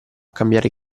cambiare